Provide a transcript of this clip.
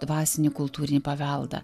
dvasinį kultūrinį paveldą